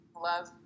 love